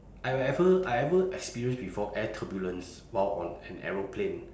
I will ever I ever experience before air turbulence while on an aeroplane